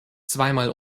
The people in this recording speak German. zweimal